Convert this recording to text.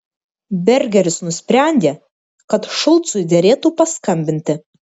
bergeris nusprendė kad šulcui derėtų paskambinti